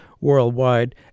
worldwide